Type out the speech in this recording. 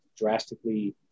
drastically